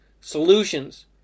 solutions